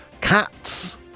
cats